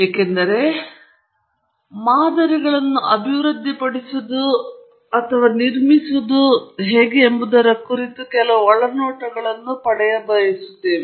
ಏಕೆಂದರೆ ಹೇಗೆ ಮಾದರಿಗಳನ್ನು ಅಭಿವೃದ್ಧಿಪಡಿಸುವುದು ಮತ್ತು ನಿರ್ಮಿಸುವುದು ಎಂಬುದರ ಕುರಿತು ಕೆಲವು ಒಳನೋಟಗಳನ್ನು ನಾವು ಪಡೆದುಕೊಳ್ಳಲು ಬಯಸುತ್ತೇವೆ